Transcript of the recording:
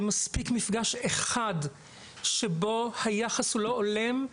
מספיק אחד שבו היחיד הוא לא הולם,